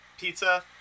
Pizza